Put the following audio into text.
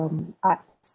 mm arts